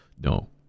no